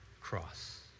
cross